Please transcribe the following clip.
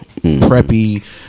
preppy